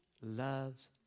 loves